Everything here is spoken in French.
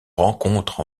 rencontre